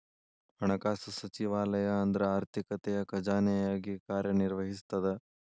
ಹಣಕಾಸು ಸಚಿವಾಲಯ ಅಂದ್ರ ಆರ್ಥಿಕತೆಯ ಖಜಾನೆಯಾಗಿ ಕಾರ್ಯ ನಿರ್ವಹಿಸ್ತದ